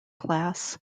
class